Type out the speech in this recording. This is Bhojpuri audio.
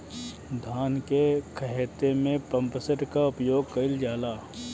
धान के ख़हेते में पम्पसेट का उपयोग कइल जाला?